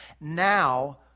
Now